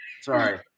Sorry